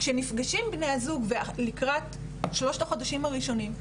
אבל כשבני הזוג נפגשים לקראת שלושת החודשים הראשונים,